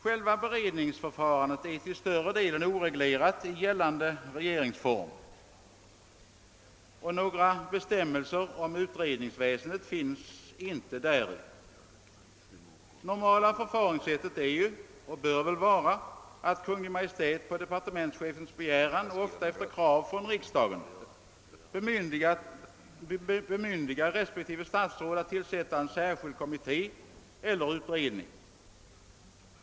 Själva beredningsförfarandet är till större delen oreglerat i gällande regeringsform. Några bestämmelser om utredningsväsendet finns inte däri. Det normala förfaringssättet är, och bör väl vara, att Kungl. Maj:t på departementschefens begäran — ofta efter krav från riksdagen — bemyndigar respektive statsråd att tillsätta en särskild kommitté eller utredning.